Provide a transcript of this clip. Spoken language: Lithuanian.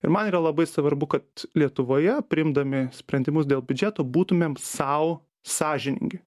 ir man yra labai svarbu kad lietuvoje priimdami sprendimus dėl biudžeto būtumėm sau sąžiningi